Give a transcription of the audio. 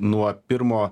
nuo pirmo